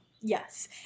Yes